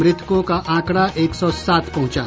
मृतकों का आंकड़ा एक सौ सात पहुंचा